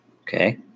Okay